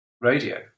radio